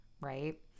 right